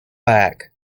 back